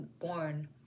born